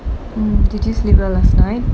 hmm did you sleep well last night